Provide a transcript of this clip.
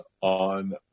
on